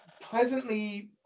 pleasantly